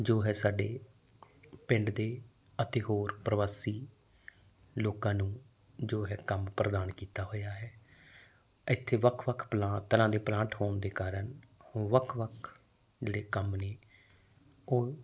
ਜੋ ਹੈ ਸਾਡੇ ਪਿੰਡ ਦੇ ਅਤੇ ਹੋਰ ਪ੍ਰਵਾਸੀ ਲੋਕਾਂ ਨੂੰ ਜੋ ਹੈ ਕੰਮ ਪ੍ਰਦਾਨ ਕੀਤਾ ਹੋਇਆ ਹੈ ਇੱਥੇ ਵੱਖ ਵੱਖ ਪਲਾਂ ਤਰ੍ਹਾਂ ਦੇ ਪਲਾਂਟ ਹੋਣ ਦੇ ਕਾਰਨ ਵੱਖ ਵੱਖ ਜਿਹੜੇ ਕੰਮ ਨੇ ਉਹ